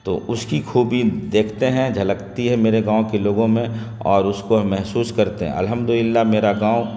تو اس کی خوبی دیکھتے ہیں جھلکتی ہے میرے گاؤں کے لوگوں میں اور اس کو محسوس کرتے ہیں الحمد للہ میرا گاؤں